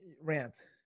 rant